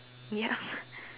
yup